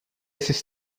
sis